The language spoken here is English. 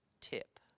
tip